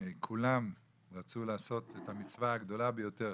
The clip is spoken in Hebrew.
שכולם רצו לעשות את המצווה הגדולה ביותר